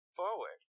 forward